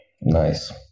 Nice